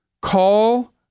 call